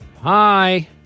Hi